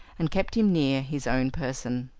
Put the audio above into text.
and kept him near his own person.